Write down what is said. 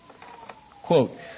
Quote